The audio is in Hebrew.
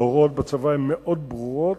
ההוראות בצבא הן מאוד ברורות,